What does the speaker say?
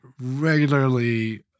regularly